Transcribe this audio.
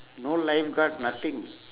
no lifeguard nothing